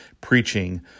preaching